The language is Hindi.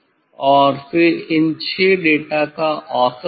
और फिर इन 6 डेटा का औसत लें